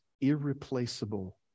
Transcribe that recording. irreplaceable